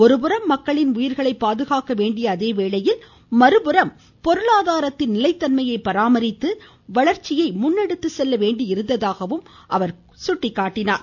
ஒருபுறம் மக்களின் உயிர்களை பாதுகாக்க வேண்டிய அதேவேளையில் மறுபுறம் பொருளாதாரத்தின் நிலைத்தன்மையை பராமரித்து வளர்ச்சியை முன்னெடுத்து செல்ல வேண்டியிருந்ததாகவும் அவர் எடுத்துரைத்தார்